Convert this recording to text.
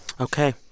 Okay